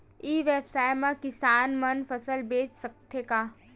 ई व्यवसाय म किसान मन फसल बेच सकथे का?